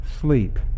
sleep